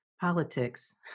politics